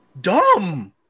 dumb